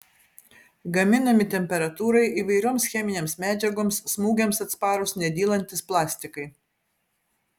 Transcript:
gaminami temperatūrai įvairioms cheminėms medžiagoms smūgiams atsparūs nedylantys plastikai